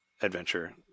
adventure